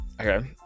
okay